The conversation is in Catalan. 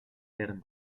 terme